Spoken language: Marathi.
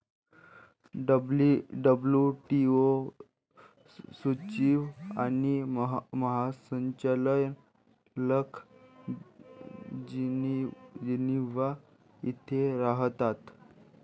डब्ल्यू.टी.ओ सचिव आणि महासंचालक जिनिव्हा येथे राहतात